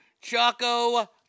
Choco